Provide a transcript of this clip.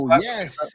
yes